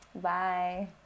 Bye